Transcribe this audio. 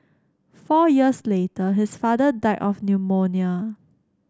four years later his father died of pneumonia